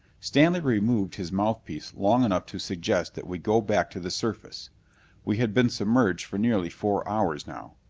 stanley removed his mouthpiece long enough to suggest that we go back to the surface we had been submerged for nearly four hours now.